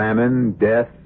death